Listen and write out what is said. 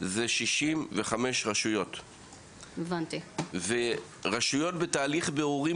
65 רשויות; רשויות בתהליך בירורים